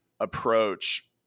approach